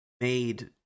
made